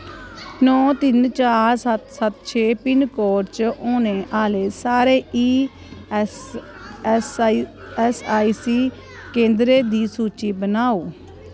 नौ तिन्न चार सत्त सत्त छे पिन कोड च औने आह्ले सारे ईऐस्सआईसी केंदरें दी सूची बनाओ